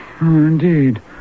Indeed